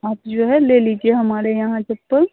आप जो है ले लीजिए हमारे यहाँ चप्पल